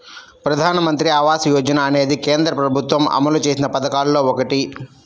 ప్రధానమంత్రి ఆవాస యోజన అనేది కేంద్ర ప్రభుత్వం అమలు చేసిన పథకాల్లో ఒకటి